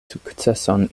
sukceson